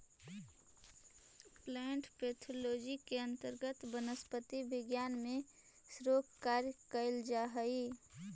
plant pathology के अंतर्गत वनस्पति विज्ञान में शोध कार्य कैल जा हइ